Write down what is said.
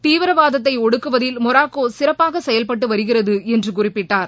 தீவிரவாதத்தை ஒடுக்குவதில் மொராக்கோ சிறப்பாக செயல்பட்டு வருகிறது என்று குறிப்பிட்டார்